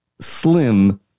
slim